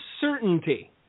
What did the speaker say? certainty